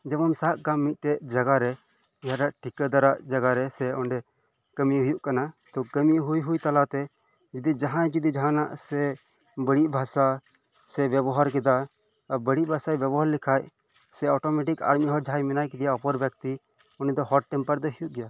ᱡᱮᱢᱚᱱ ᱥᱟᱵ ᱠᱟᱜ ᱢᱮ ᱢᱤᱫ ᱴᱮᱱ ᱡᱟᱭᱜᱟ ᱨᱮ ᱡᱟᱦᱟᱸᱴᱟᱜ ᱴᱷᱤᱠᱟᱹᱫᱟᱨᱟᱜ ᱡᱟᱸᱜᱟ ᱨᱮ ᱥᱮ ᱚᱸᱰᱮ ᱠᱟᱢᱤ ᱦᱳᱭᱳᱜ ᱠᱟᱱᱟ ᱛᱚ ᱠᱟᱢᱤ ᱦᱳᱭ ᱦᱳᱭ ᱛᱟᱞᱟᱛᱮ ᱡᱩᱫᱤ ᱡᱟᱦᱟᱸᱭ ᱡᱩᱫᱤ ᱡᱟᱦᱟᱱᱟᱜ ᱥᱮ ᱵᱟᱲᱤᱡ ᱵᱷᱟᱥᱟ ᱥᱮ ᱵᱮᱵᱚᱦᱟᱨ ᱠᱮᱫᱟ ᱟᱨ ᱵᱟᱲᱤᱡ ᱵᱷᱟᱥᱟᱭ ᱵᱮᱵᱚᱦᱟᱨ ᱞᱮᱱ ᱠᱷᱟᱱ ᱥᱮ ᱚᱴᱳᱢᱮᱴᱤᱠ ᱟᱨ ᱢᱤᱫ ᱦᱚᱲ ᱡᱟᱦᱟᱸᱭ ᱢᱮᱱᱟᱭ ᱠᱟᱫᱮᱭᱟ ᱚᱯᱚᱨ ᱵᱮᱠᱛᱤ ᱩᱱᱤ ᱫᱚ ᱦᱚᱴ ᱴᱮᱢᱯᱟᱨ ᱫᱚᱭ ᱦᱳᱭᱳᱜ ᱜᱮᱭᱟ